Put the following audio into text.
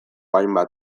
hainbat